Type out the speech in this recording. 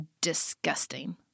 disgusting